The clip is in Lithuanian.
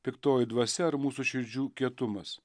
piktoji dvasia ar mūsų širdžių kietumas